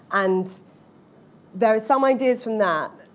and there are some ideas from that.